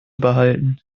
behalten